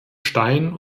steinen